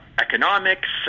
economics